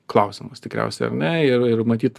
klausimas tikriausiai ar ne ir matyt